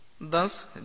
Thus